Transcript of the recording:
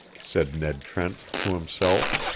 said ned trent to himself,